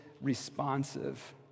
responsive